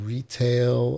Retail